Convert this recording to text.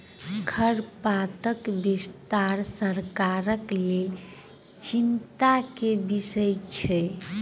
खरपातक विस्तार सरकारक लेल चिंता के विषय छल